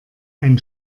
ein